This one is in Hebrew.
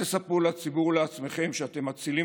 אל תספרו לציבור ולעצמכם שאתם מצילים